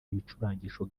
ibicurangisho